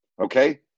Okay